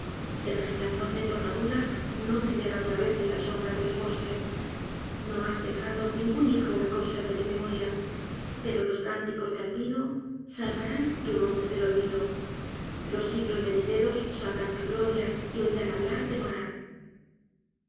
el resplandor de tu armadura no brillará otra vez en la sombra de los bosques no has dejado ningún hijo que conserve tu memoria pero los cánticos de alpino salvarán tu nombre del olvido los siglos venideros sabrán tu gloria y oirán hablar